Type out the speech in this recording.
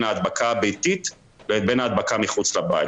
ההדבקה הביתית לבין ההדבקה מחוץ לבית.